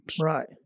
Right